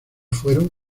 fueron